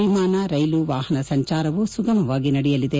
ವಿಮಾನ ರೈಲು ವಾಹನ ಸಂಚಾರವೂ ಸುಗಮವಾಗಿ ನಡೆಯಲಿದೆ